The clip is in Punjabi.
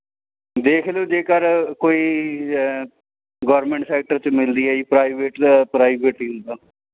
ਦੇਖ ਲਉ ਜੇਕਰ ਕੋਈ ਗੋਰਵਮੈਂਟ ਸੈਕਟਰ 'ਚ ਮਿਲਦੀ ਹੈ ਜੀ ਪ੍ਰਾਈਵੇਟ ਤਾਂ ਪ੍ਰਾਈਵੇਟ ਹੀ ਹੁੰਦਾ